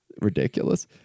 ridiculous